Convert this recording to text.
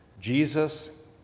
Jesus